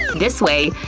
this way,